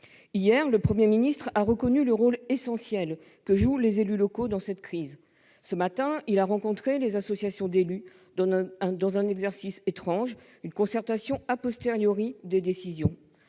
Hier, le Premier ministre a reconnu le rôle essentiel joué par les élus locaux dans cette crise ; ce matin, il a rencontré les associations d'élus dans un exercice étrange : une concertation sur des décisions